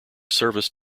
service